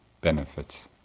benefits